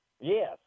Yes